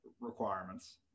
requirements